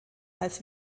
als